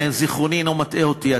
אם זיכרוני אינו מטעה אותי,